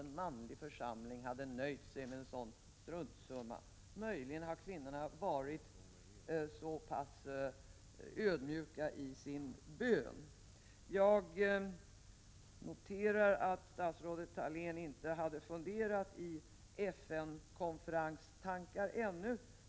En manlig församling hade aldrig någonsin nöjt sig med en sådan struntsumma. Möjligen har kvinnorna varit så ödmjuka i sin bön. Jag noterar att statsrådet Thalén ännu inte hade tänkt i FN-konferensbanor.